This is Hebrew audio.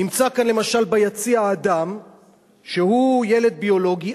נמצא כאן למשל ביציע אדם שהוא ילד ביולוגי,